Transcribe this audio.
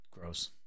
Gross